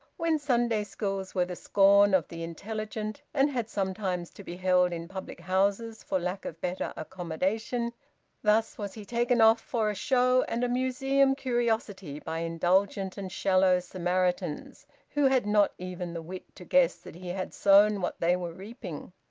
when sunday schools were the scorn of the intelligent, and had sometimes to be held in public-houses for lack of better accommodation thus was he taken off for a show and a museum curiosity by indulgent and shallow samaritans who had not even the wit to guess that he had sown what they were reaping.